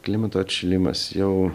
klimato atšilimas jau